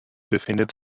befindet